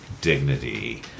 dignity